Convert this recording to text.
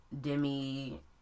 Demi